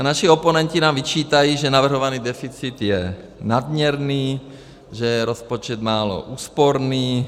Naši oponenti nám vyčítají, že navrhovaný deficit je nadměrný, že je rozpočet málo úsporný atd.